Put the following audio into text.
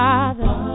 Father